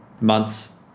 months